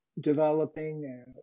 developing